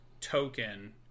token